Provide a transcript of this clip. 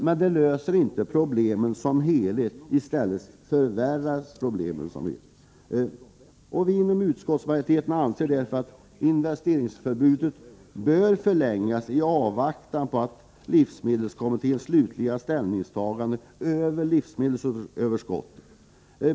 Men detta löser inte helhetsproblemen — tvärtom förvärras problemen med överskottet. Utskottsmajoriteten anser därför att investeringsförbudet bör förlängas i avvaktan på livsmedelskommitténs slutliga ställningstagande till livsmedelsöverskottet.